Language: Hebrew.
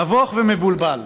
נבוך ומבולבל.